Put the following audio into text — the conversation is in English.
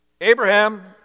Abraham